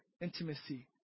intimacy